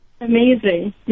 Amazing